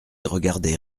regardait